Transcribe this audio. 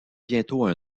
bientôt